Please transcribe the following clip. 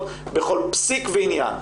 בכל פסיק ועניין,